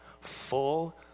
full